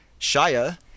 Shia